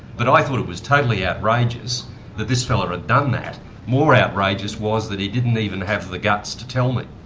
but i thought it was totally outrageous that this fellow had done that more outrageous was that he didn't even have the guts to tell me.